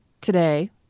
today